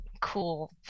cool